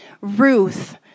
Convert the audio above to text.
Ruth